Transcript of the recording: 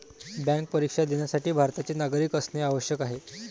bank परीक्षा देण्यासाठी भारताचे नागरिक असणे आवश्यक आहे